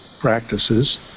practices